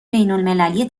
بینالمللی